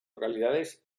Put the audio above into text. localidades